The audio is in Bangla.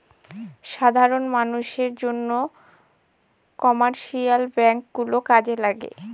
সাধারন মানষের জন্য কমার্শিয়াল ব্যাঙ্ক গুলো কাজে লাগে